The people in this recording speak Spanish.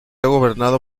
gobernado